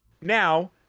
Now